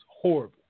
horrible